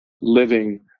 living